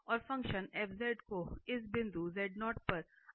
और function f को इस बिंदु पर एक अद्वितीय कहा जाता है